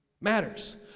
matters